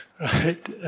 right